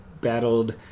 battled